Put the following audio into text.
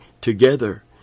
together